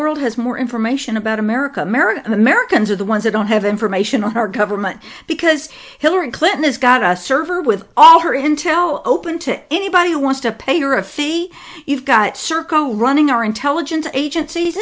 world has more information about america america and americans are the ones that don't have information on our government because hillary clinton has got a server with all her intel open to anybody who wants to pay her a fee you've got serco running our intelligence agencies